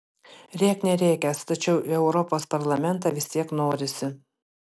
rėk nerėkęs tačiau į europos parlamentą vis tiek norisi